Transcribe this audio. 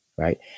right